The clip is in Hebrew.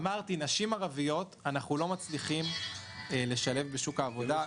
אמרתי שאנחנו לא מצליחים לשלב נשים ערביות בשוק העבודה.